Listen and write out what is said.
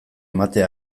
ematen